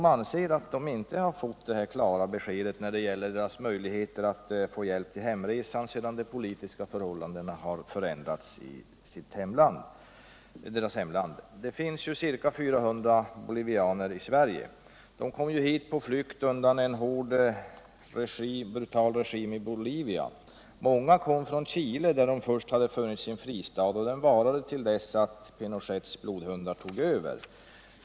De anser att de inte fått något klart besked om sina möjligheter att få hjälp till hemresa sedan de politiska förhållandena har förändrats i deras hemland. Det finns ca 400 bolivianer i Sverige. De kom hit på flykt undan en brutal regim i Bolivia. Många kom från Chile, där de först hade funnit en fristad — den varade till dess att Pinochets blodhundar tog över.